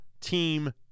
team